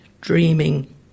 dreaming